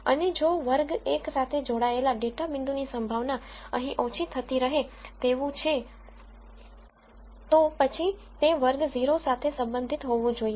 અને જો વર્ગ 1 સાથે જોડાયેલા ડેટા પોઇન્ટની સંભાવના અહીં ઓછી થતી રહે તેવું છે તો પછી તે વર્ગ 0 સાથે સંબંધિત હોવું જોઈએ